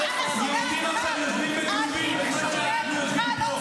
יהודים עכשיו יושבים בכלובים בזמן שאנחנו יושבים פה.